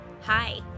Hi